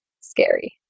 scary